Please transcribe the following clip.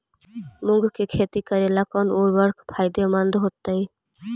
मुंग के खेती करेला कौन उर्वरक फायदेमंद होतइ?